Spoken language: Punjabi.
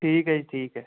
ਠੀਕ ਹੈ ਜੀ ਠੀਕ ਹੈ